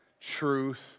truth